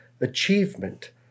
achievement